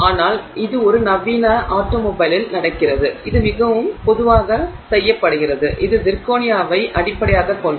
ஆனால் இது ஒரு நவீன ஆட்டோமொபைலில் நடக்கிறது இது மிகவும் பொதுவாக செய்யப்படுகிறது இது சிர்கோனியாவை அடிப்படையாகக் கொண்டது